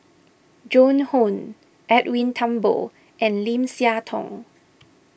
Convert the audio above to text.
Joan Hon Edwin Thumboo and Lim Siah Tong